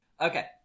Okay